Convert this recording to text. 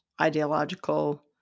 ideological